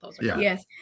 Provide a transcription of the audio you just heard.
Yes